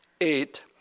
eight